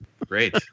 great